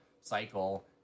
cycle